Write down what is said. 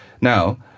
Now